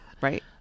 right